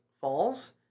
Falls